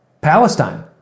Palestine